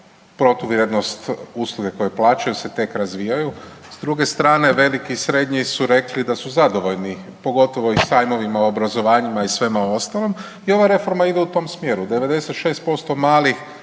protuvrijednost usluge koje plaćaju jer se tek razvijaju. S druge strane veliki, srednji su rekli da su zadovoljni pogotovo i sajmovima, obrazovanjima i svemu ostalom i ova reforma ide u tom smjeru. 96% malih